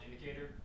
indicator